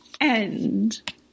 end